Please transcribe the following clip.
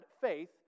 faith